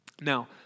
Now